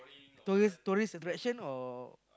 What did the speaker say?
tourist tourist attraction or